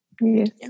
yes